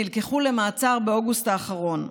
והן נלקחו למעצר באוגוסט האחרון,